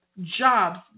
Jobs